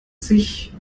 sich